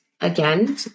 again